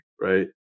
right